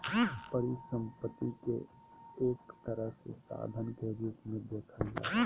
परिसम्पत्ति के एक तरह से साधन के रूप मे देखल जा हय